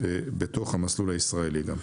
בתוך המסלול הישראלי גם.